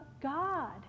God